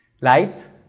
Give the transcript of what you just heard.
Lights